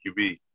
QB